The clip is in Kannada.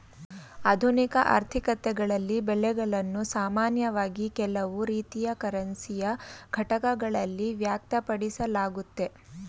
ಆಧುನಿಕ ಆರ್ಥಿಕತೆಗಳಲ್ಲಿ ಬೆಲೆಗಳನ್ನು ಸಾಮಾನ್ಯವಾಗಿ ಕೆಲವು ರೀತಿಯ ಕರೆನ್ಸಿಯ ಘಟಕಗಳಲ್ಲಿ ವ್ಯಕ್ತಪಡಿಸಲಾಗುತ್ತೆ